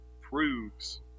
proves